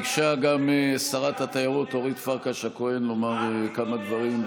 ביקשה גם שרת התיירות אורית פרקש הכהן לומר כמה דברים.